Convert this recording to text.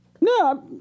No